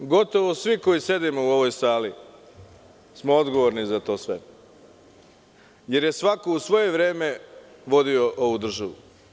Na žalost, gotovo svi koji sedimo u ovoj sali smo odgovorni za to sve, jer je svako u svoje vreme vodio ovu državu.